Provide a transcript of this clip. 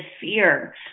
fear